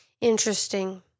Interesting